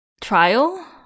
trial